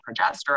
progesterone